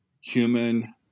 human